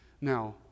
Now